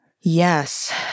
yes